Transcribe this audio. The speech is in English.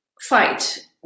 fight